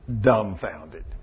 dumbfounded